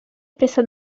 presa